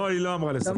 לא, היא לא אמרה לסבסד.